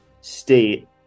state